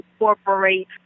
incorporate